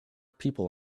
people